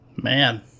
man